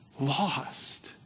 Lost